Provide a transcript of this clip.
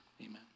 amen